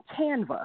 canva